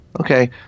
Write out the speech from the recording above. Okay